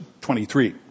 23